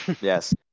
Yes